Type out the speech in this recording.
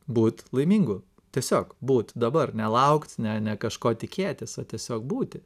būt laimingu tiesiog būt dabar ne laukt ne ne kažko tikėtis o tiesiog būti